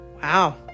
wow